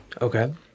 Okay